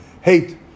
Hate